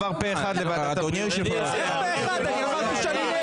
אבל הדיון המשיך.